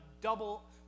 double